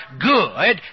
good